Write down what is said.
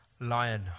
lion